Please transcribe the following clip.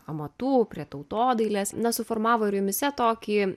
amatų prie tautodailės na suformavo ir jumyse tokį